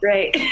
Right